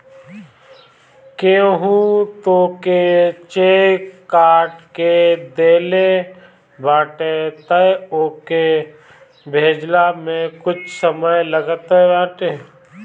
केहू तोहके चेक काट के देहले बाटे तअ ओके भजला में कुछ समय लागत बाटे